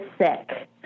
sick